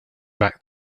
back